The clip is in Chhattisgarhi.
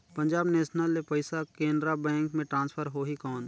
पंजाब नेशनल ले पइसा केनेरा बैंक मे ट्रांसफर होहि कौन?